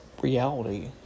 reality